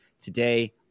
today